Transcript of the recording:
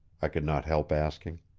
i could not help asking.